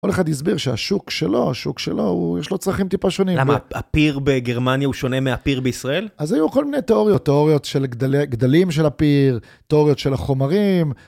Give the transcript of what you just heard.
כל אחד יסביר שהשוק שלו, השוק שלו, יש לו צרכים טיפה שונים. למה הפיר בגרמניה הוא שונה מהפיר בישראל? אז היו כל מיני תאוריות, תאוריות של גדלים של הפיר, תאוריות של החומרים.